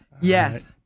Yes